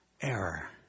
error